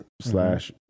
slash